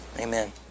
amen